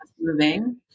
moving